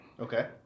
okay